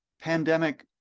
pandemic